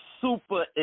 super